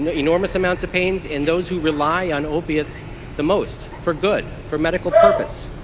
and enormous amount of pain and those who rely on opioids the most. for good for medical purpose.